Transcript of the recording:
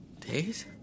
days